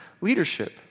leadership